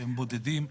שהם בודדים.